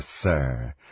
sir